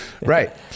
right